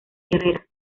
herrera